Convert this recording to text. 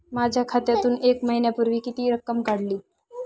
माझ्या खात्यातून एक महिन्यापूर्वी किती रक्कम काढली?